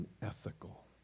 unethical